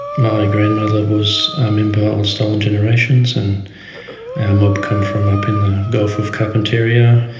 my grandmother was a member of the stolen generations, and our mob come from up in the gulf of carpentaria.